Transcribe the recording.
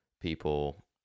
people